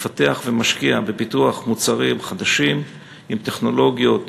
מפתח ומשקיע בפיתוח מוצרים חדשים עם טכנולוגיות